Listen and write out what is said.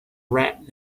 rat